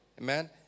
Amen